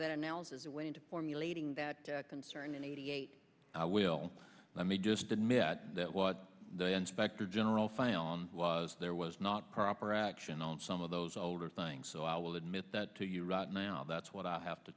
has a way into formulating that concern in eighty eight i will let me just admit that what the inspector general found was there was not proper action on some of those older things so i will admit that to you right now that's what i have to